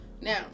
Now